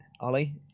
Ollie